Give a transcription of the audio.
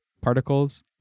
particles